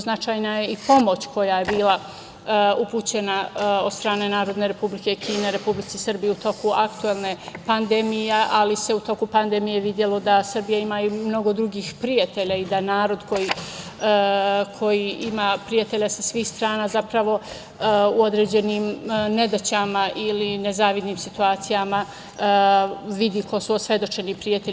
Značajna je i pomoć koja je bila upućena od strane Narodne Republike Kine Republici Srbiji u toku aktuelne pandemije, ali se u toku pandemije videlo da Srbija ima i mnogo drugih prijatelja i da narod koji ima prijatelja sa svih strana zapravo u određenim nedaćama ili nezavidnim situacijama vidi ko su osvedočeni prijatelji.